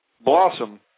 blossom